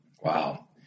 Wow